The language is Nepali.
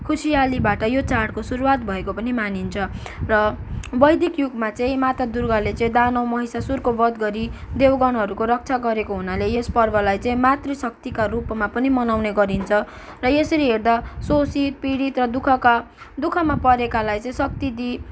खुसीयालीबाट यो चाँडको सुरुवात भएको पनि मानिन्छ र वैदिक युगमा चाहिँ माता दुर्गाले चाहिँ दानव महिशासुरको वध गरी देवगणहरूको रक्षा गरेको हुनाले यस पर्वलाई चाहिँ मातृशक्तिका रूपमा पनि मनाउने गरिन्छ र यसरी हेर्दा शोषित पिडित र दुःखका दुखःमा परेकालाई चाहिँ शक्ति दिई